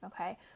Okay